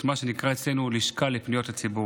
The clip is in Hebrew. מה שנקרא אצלנו "לשכה לפניות הציבור".